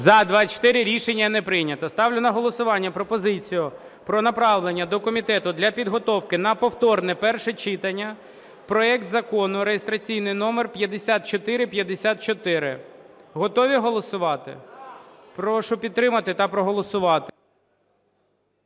За-24 Рішення не прийнято. Ставлю на голосування пропозицію про направлення до комітету для підготовки на повторне перше читання проект Закону (реєстраційний номер 5454). Готові голосувати? Прошу підтримати та проголосувати.